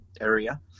area